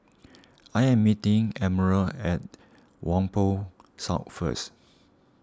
I am meeting Admiral at Whampoa South first